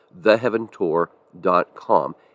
Theheaventour.com